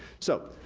so,